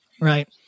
right